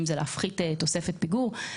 להפחית תוספת פיגור,